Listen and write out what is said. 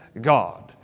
God